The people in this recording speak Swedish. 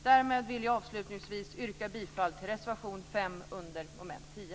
Därmed yrkar jag avslutningsvis bifall till reservation 5 under mom. 10.